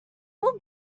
all